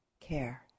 care